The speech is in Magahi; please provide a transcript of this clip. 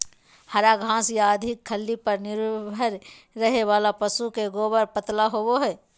हरा घास या अधिक खल्ली पर निर्भर रहे वाला पशु के गोबर पतला होवो हइ